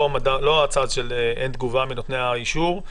לא על צעד של אין תגובה מנותני האישור,